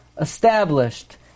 established